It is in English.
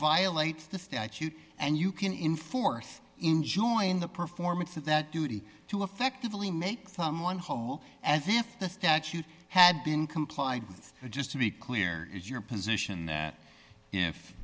violates the statute and you can in th enjoy in the performance of that duty to effectively make someone whole as if the statute had been complied with just to be clear is your position that if